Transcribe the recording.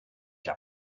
der